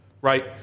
right